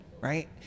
right